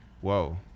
whoa